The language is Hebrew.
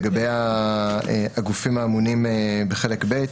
לגבי הגופים האמונים בחלק ב'.